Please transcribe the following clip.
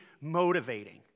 motivating